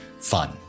fun